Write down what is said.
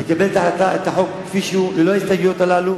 נקבל את החוק כפי שהוא, ללא ההסתייגויות הללו,